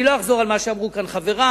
אני לא אחזור על מה שאמרו כאן חברי,